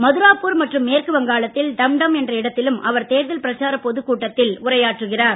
மதுராப்பூர் மற்றும் மேற்குவங்காளத்தில் டம்டம் என்ற இடத்திலும் அவர் தேர்தல் பிரச்சார பொதுக் கூட்டத்தில் உரையாற்றுகிறார்